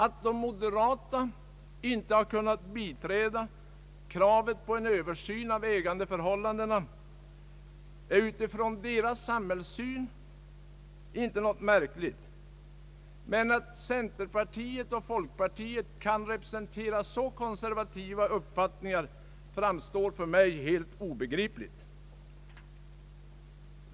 Att de moderata inte har kunnat biträda kravet på en översyn av ägandeförhållandena är utifrån deras samhällssyn inte något märkligt, men att centerpartiet och folkpartiet kan representera så konservativa uppfattningar framstår för mig som obegripligt.